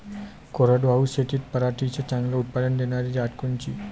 कोरडवाहू शेतीत पराटीचं चांगलं उत्पादन देनारी जात कोनची?